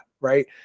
right